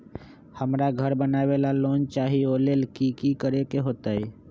हमरा घर बनाबे ला लोन चाहि ओ लेल की की करे के होतई?